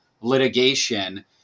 litigation